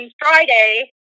Friday